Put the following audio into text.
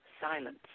Silence